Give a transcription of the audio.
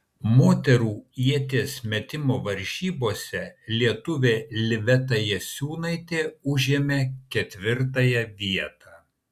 moterų ieties metimo varžybose lietuvė liveta jasiūnaitė užėmė ketvirtąją vietą